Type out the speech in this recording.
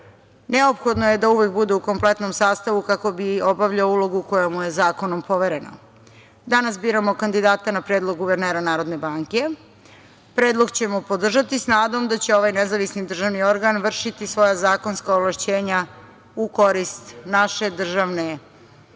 neophodno je da uvek bude u kompletnom sastavu, kako bi obavljao ulogu koja mu je zakonom poverena. Danas biramo kandidata na predlog guvernera Narodne banke. Predlog ćemo podržati, s nadom da će ovaj nezavisni državni organ vršiti svoja zakonska ovlašćenja u korist naše državne